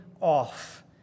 off